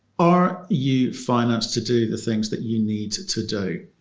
are you financed to do the things that you need to do?